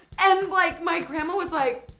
and like my grandma was like,